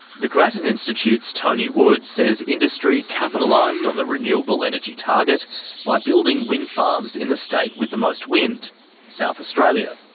the grattan institute's tony wood says industry capitalised on the renewable energy target by building wind farms in the state with the most wind south australia.